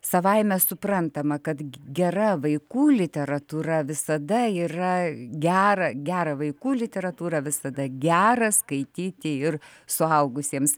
savaime suprantama kad gera vaikų literatūra visada yra gera gerą vaikų literatūrą visada gera skaityti ir suaugusiems